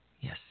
Yes